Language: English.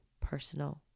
personal